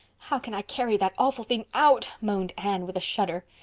how can i carry that awful thing out? moaned anne with a shudder.